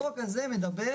החוק הזה מדבר,